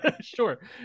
Sure